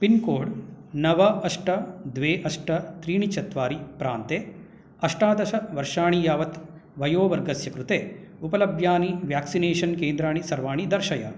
pincode नव अष्ट द्वे अष्ट त्रीणि चत्वारि प्रान्ते अष्टदशवर्षाणि यावत् वयोवर्गस्य कृते उपलभ्यानि व्याक्सिनेषन् केन्द्राणि सर्वाणि दर्शय